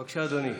בבקשה, אדוני,